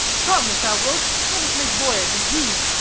come, if thou wilt, let us make voyage, and he,